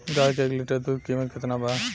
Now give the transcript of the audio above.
गाय के एक लीटर दूध कीमत केतना बा?